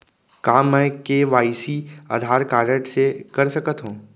का मैं KYC Aadhaar card से कर सकत हो?